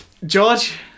George